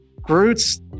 Groot's